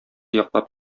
яклап